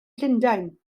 llundain